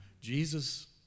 Jesus